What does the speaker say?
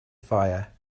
fire